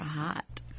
hot